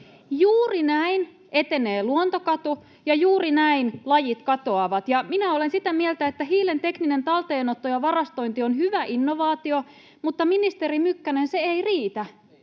Juuri näin etenee luontokato, ja juuri näin lajit katoavat. Ja minä olen sitä mieltä, että hiilen tekninen talteenotto ja varastointi on hyvä innovaatio, mutta, ministeri Mykkänen, se ei riitä.